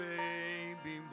baby